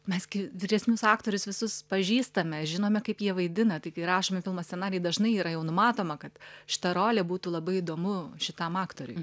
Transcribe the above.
mes vyresnius aktorius visus pažįstame žinome kaip jie vaidina tai kai rašomi filmo scenarijai dažnai yra jau numatoma kad šita rolė būtų labai įdomu šitam aktoriui